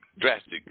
drastic